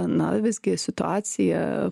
na visgi situacija